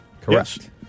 Correct